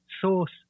source